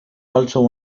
also